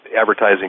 advertising